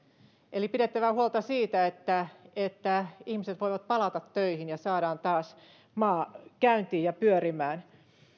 eli pidettävä huolta siitä että että ihmiset voivat palata töihin ja saadaan taas maa käyntiin ja pyörimään